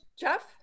Jeff